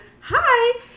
hi